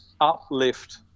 uplift